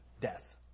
death